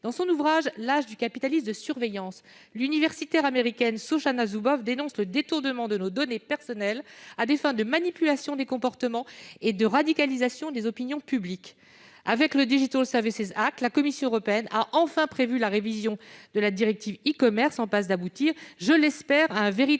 Dans son ouvrage, l'universitaire américaine Shoshana Zuboff dénonce le détournement de nos données personnelles à des fins de manipulation des comportements et de radicalisation des opinions publiques. Avec le, la Commission européenne a enfin prévu la révision de la directive e-commerce, révision en passe d'aboutir, je l'espère, à de véritables